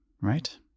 right